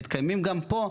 מתקיימים גם פה,